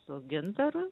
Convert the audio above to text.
su gintaru